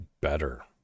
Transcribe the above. better